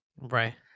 Right